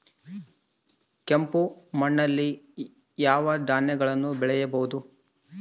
ಕೆಂಪು ಮಣ್ಣಲ್ಲಿ ಯಾವ ಧಾನ್ಯಗಳನ್ನು ಬೆಳೆಯಬಹುದು?